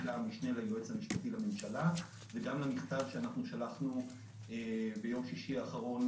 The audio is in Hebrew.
למשנה ליועץ המשפטי לממשלה וגם למכתב ששלחנו ביום שישי האחרון